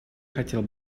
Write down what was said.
хотел